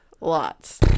lots